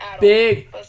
big